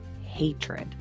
hatred